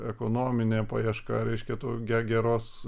ekonominė paieška reiškia to ge geros